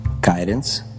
guidance